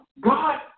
God